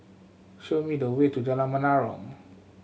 show me the way to Jalan Menarong